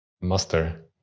muster